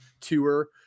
tour